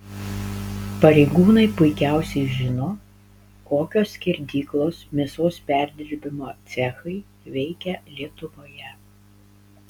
pareigūnai puikiausiai žino kokios skerdyklos mėsos perdirbimo cechai veikia lietuvoje